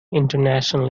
international